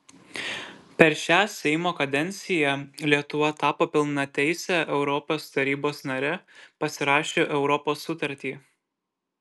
per šią seimo kadenciją lietuva tapo pilnateise europos tarybos nare pasirašė europos sutartį